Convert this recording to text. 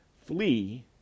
flee